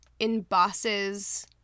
embosses